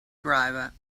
driver